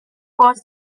was